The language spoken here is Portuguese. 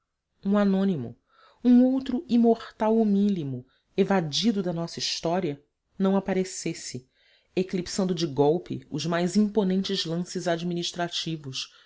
um anônimo um outro imortal humílimo evadido da nossa história não aparecesse eclipsando de golpe os mais imponentes lances administrativos